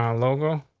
um logo.